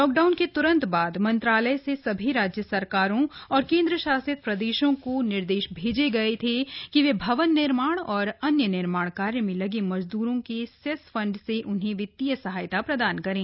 lockdown के त्रंत बाद मंत्रालय से सभी राज्य सरकारों और केंद्र शासित प्रदेशों को निर्देश भेजे गए थे कि वे भवन निर्माण और अन्य निर्माण कार्य में लगे मजदूरों के सेस फंड से उन्हें वित्तीय सहायता प्रदान करें